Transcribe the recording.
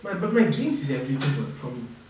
but but my dreams is everything for me